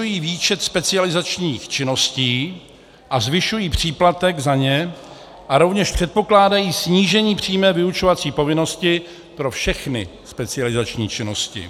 Ty snižují výčet specializačních činností a zvyšují příplatek za ně a rovněž předpokládají snížení přímé vyučovací povinnosti pro všechny specializační činnosti.